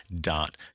dot